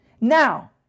Now